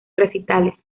recitales